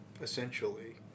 Essentially